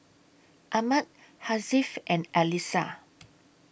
Ahmad Hasif and Alyssa